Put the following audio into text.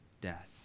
death